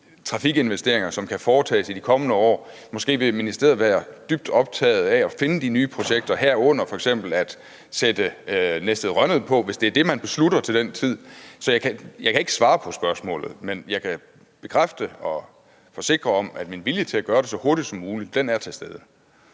trafikinvesteringer, som kan foretages i de kommende år. Måske vil ministeriet være dybt optaget af at finde de nye projekter, herunder f.eks. at sætte Næstved-Rønnede på, hvis det er det, man beslutter til den tid. Så jeg kan ikke svare på spørgsmålet, men jeg kan bekræfte og forsikre om, at min vilje til at gøre det så hurtigt som muligt er til stede.